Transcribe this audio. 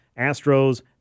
Astros